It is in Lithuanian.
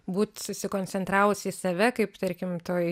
būt susikoncentravus į save kaip tarkim toj